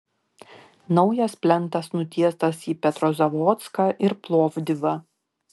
naujas plentas nutiestas į petrozavodską ir plovdivą